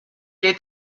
est